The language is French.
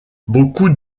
beaucoup